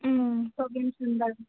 programme চাম বাৰু